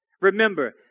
Remember